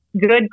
good